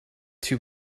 too